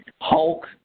Hulk